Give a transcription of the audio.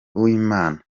uwimana